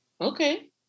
Okay